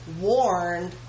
warned